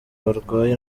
barwaye